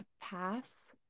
pass